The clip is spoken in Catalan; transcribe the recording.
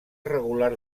regular